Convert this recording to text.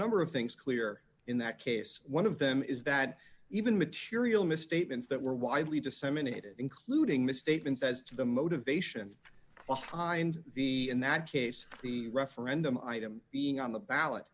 number of things clear in that case one of them is that even material misstatements that were widely disseminated including misstatements as to the motivation behind the in that case the referendum item being on the ballot